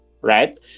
Right